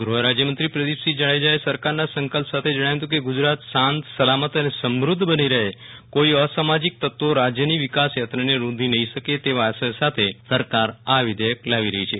ગૃહ રાજ્યમંત્રી પ્રદિપસિંહ જાડેજાએ સરકારના સંકલ્પ સાથે જણાવ્યુ હતું કે ગુજરાત શાંતસલામત અને સમૃધ્ધ બની રહે કોઈ અસામજીક તત્વો રાજયની વિકાસ યાત્રાને રૃંધી નહી શકે તેવા આશય સાથે સરકાર આ વિધેયક લાવી રહી છે